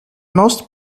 most